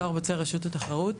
זוהר בוצר רשות התחרות,